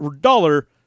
dollar